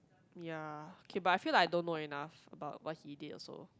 ya okay but I feel like I don't know enough about what he did also